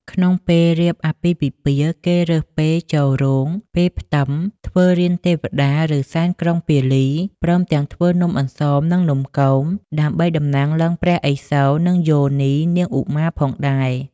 ក្នុងពេលរៀបអាពាហ៍ពិពាហ៍ គេរើសពេលចូលរោង ពេលផ្ទឹម ធ្វើរានទេវតា ឬសែនក្រុងពាលី ព្រមទាំងធ្វើនំអន្សម និងនំគម ដើម្បីតំណាងលិង្គ ព្រះឥសូរ និងយោនីនាងឧមាផងដែរ។